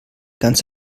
ganz